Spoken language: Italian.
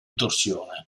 torsione